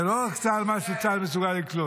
לא, זה לא רק מה שצה"ל מסוגל לקלוט.